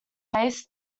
base